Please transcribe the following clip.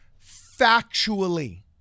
factually